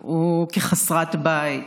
או חסרת בית,